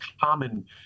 common